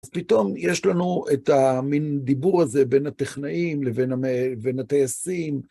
אז פתאום יש לנו את המין דיבור הזה בין הטכנאים לבין הטייסים.